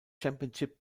championship